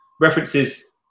references